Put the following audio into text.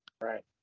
right